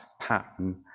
pattern